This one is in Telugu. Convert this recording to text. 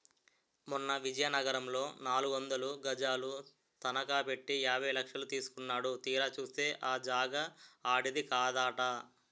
మొన్న విజయనగరంలో నాలుగొందలు గజాలు తనఖ పెట్టి యాభై లక్షలు తీసుకున్నాడు తీరా చూస్తే ఆ జాగా ఆడిది కాదట